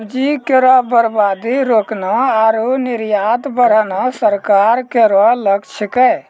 सब्जी केरो बर्बादी रोकना आरु निर्यात बढ़ाना सरकार केरो लक्ष्य छिकै